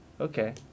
Okay